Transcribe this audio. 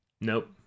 Nope